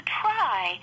try